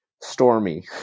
stormy